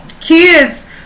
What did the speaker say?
Kids